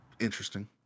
interesting